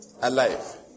Alive